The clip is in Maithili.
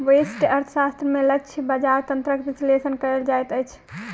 व्यष्टि अर्थशास्त्र में लक्ष्य बजार तंत्रक विश्लेषण कयल जाइत अछि